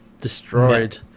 destroyed